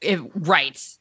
Right